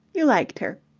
you liked her.